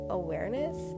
awareness